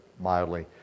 mildly